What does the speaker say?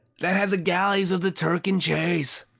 that had the galleys of the turk in chase.